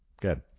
good